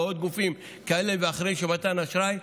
ועוד גופים כאלה ואחרים של מתן אשראי,